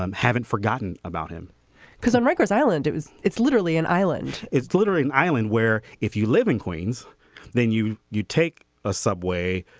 um haven't forgotten about him because on rikers island it was it's literally an island. it's glittering island where if you live in queens then you you take a subway.